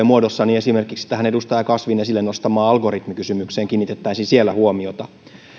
muodossa niin esimerkiksi edustaja kasvin esille nostamaan algoritmikysymykseen kiinnitettäisiin siellä huomiota